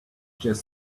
just